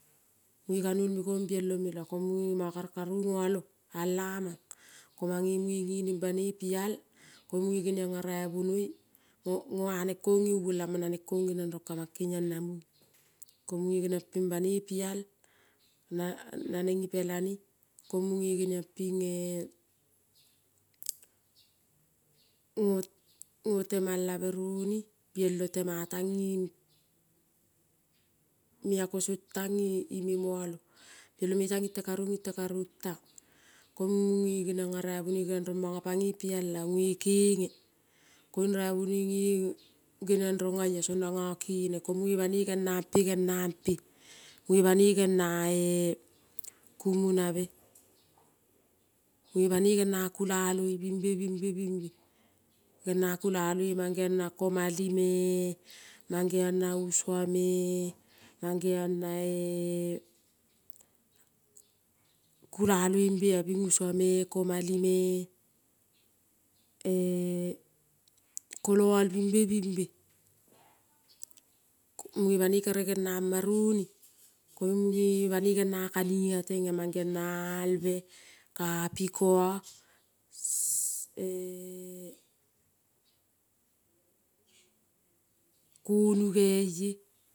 Mune ganuol me kon bielome mono kere karu noalo al laman ko mane mune ninin banoi pial ko mune genion a raibenoi noan kon neuon lamon nanen ko genion ron kaman kenion kon namune. Ko mune banoi pial nanen ipelane ko mune genion pine notemalabe roni gelo tema tason meako tan ime moalo gelome ta intekarun intekaru koun mune genion arabenoi ron ko none kene koin rabenoi ne rong so oia nono kene ko mune banoi geniampe geniampe. Mune banoi genia kumunabe ko mune banoi genia kulaloi binbe binbe genia kulaloi kulaloi mangeon na komali me mangeon na usuo me kulaloi bea bin usuo me komali, ekoloal binbe binbe. Mune kere banoi geniama roni koin mune banoi genia kanina tena albe, kapiko-o se konugeie.